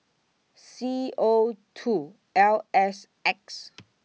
C O two L S X